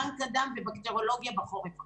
בנק הדם ובקטריולוגיה בחורף הקרוב.